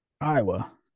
Iowa